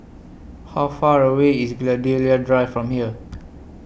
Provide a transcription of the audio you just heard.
How Far away IS Gladiola Drive from here